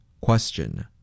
Question